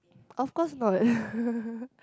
of course not